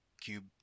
cube